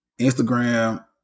Instagram